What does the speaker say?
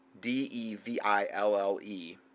D-E-V-I-L-L-E